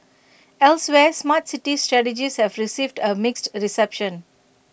elsewhere Smart City strategies have received A mixed A reception